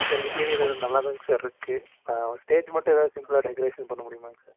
sir interior நல்லாதாங்க sir இருக்குது ஆ ஸ்டேஜ் மட்டும் எதாவது சிம்பிளாக டெக்ரேஷன் பண்ணமுடியுமாங்க சார்